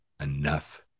enough